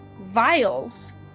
vials